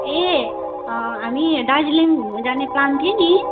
ए हामी दार्जिलिङ घुम्नु जाने प्लान थियो नि